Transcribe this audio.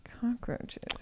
Cockroaches